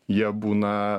jie būna